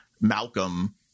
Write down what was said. Malcolm